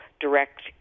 direct